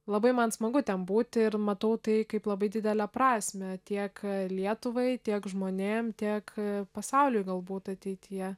labai man smagu ten būti ir matau tai kaip labai didelę prasmę tiek lietuvai tiek žmonėm tiek pasauliui galbūt ateityje